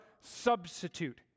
substitute